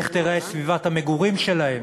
איך תיראה סביבת המגורים שלהם,